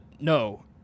No